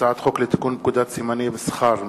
הצעת חוק לתיקון פקודת סימני מסחר (מס'